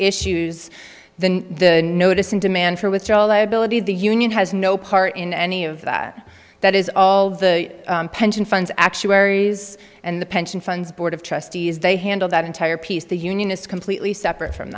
issues then the notice and demand for withdrawal liability of the union has no part in any of that that is all the pension funds actuaries and the pension funds board of trustees they handle that entire piece the union is completely separate from